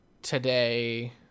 today